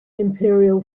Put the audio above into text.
imperial